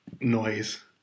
noise